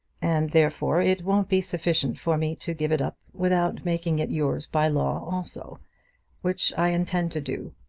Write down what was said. and therefore it won't be sufficient for me to give it up without making it yours by law also which i intend to do.